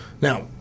Now